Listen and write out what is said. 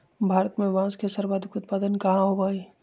भारत में बांस के सर्वाधिक उत्पादन कहाँ होबा हई?